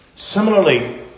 Similarly